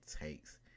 takes